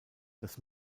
das